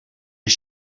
est